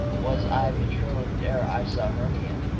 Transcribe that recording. was i betroth'd ere i saw hermia.